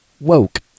woke